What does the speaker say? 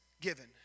given